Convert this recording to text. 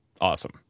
awesome